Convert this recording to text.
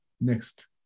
Next